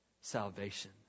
salvation